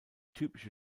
typische